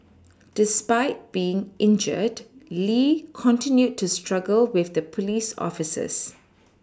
despite being injured Lee continued to struggle with the police officers